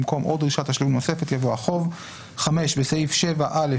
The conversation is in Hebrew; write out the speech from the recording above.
במקום "או דרישת תשלום נוספת" יבוא "החוב"; (5)בסעיף 7א(א)(2),